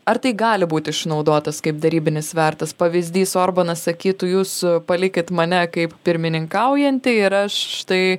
ar tai gali būti išnaudotas kaip derybinis svertas pavyzdys orbanas sakytų jūs palikit mane kaip pirmininkaujantį ir aš tai